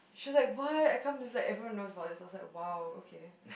she's like what I can't believe like everyone knows about this I was like !wow! okay